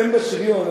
הם בשריון,